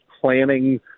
planning